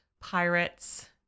pirates